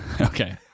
Okay